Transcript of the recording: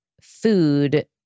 food